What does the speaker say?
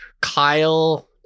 Kyle